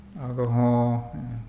alcohol